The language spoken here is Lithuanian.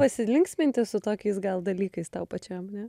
pasilinksminti su tokiais gal dalykais tau pačiam ne